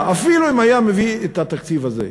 אפילו אם הוא היה מביא את התקציב הזה,